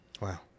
Wow